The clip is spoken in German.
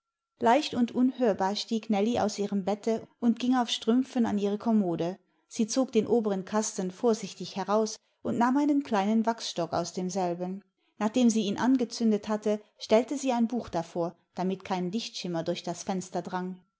leicht und unhörbar stieg nellie aus ihrem bette und ging auf strümpfen an ihre kommode sie zog den oberen kasten vorsichtig heraus und nahm einen kleinen wachsstock aus demselben nachdem sie ihn angezündet hatte stellte sie ein buch davor damit kein lichtschimmer durch das fenster drang